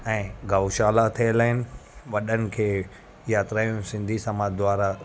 ऐं गौशाला थियल आहिनि वॾनि खे यात्राऊं सिंधी सामाज द्वारा